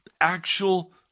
actual